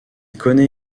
connaît